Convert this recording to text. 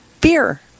Beer